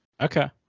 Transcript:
Okay